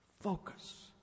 focus